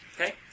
Okay